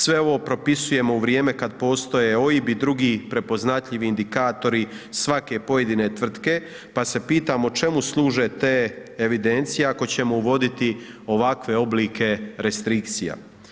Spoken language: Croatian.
Sve ovo propisujemo u vrijeme kad postoje OIB-i i drugi prepoznatljivi indikatori svake pojedine tvrtke pa se pitamo čemu služe te evidencije ako ćemo uvoditi ovakve oblike restrikcija.